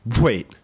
Wait